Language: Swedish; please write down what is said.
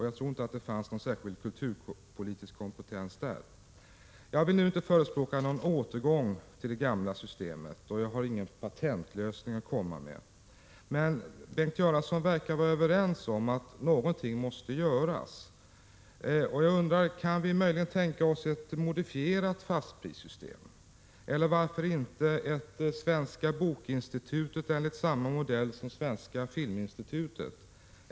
Jag tror inte att det fanns någon särskild kulturpolitisk kompetens där. Nu vill jag inte förespråka någon återgång till det gamla systemet, och jag har inte heller någon patentlösning att komma med. Men Bengt Göransson verkar vara överens med mig om att något måste göras. Kan vi möjligen tänka oss ett modifierat fastprissystem? Eller varför inte ett Svenska Bokinstitutet enligt samma modell som Svenska Filminstitutet?